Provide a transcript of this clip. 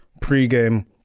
pre-game